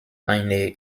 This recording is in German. eine